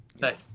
Nice